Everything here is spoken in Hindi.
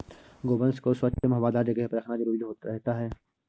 गोवंश को स्वच्छ एवं हवादार जगह पर रखना जरूरी रहता है